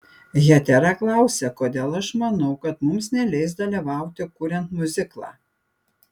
hetera klausia kodėl aš manau kad mums neleis dalyvauti kuriant miuziklą